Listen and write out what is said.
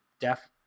deaf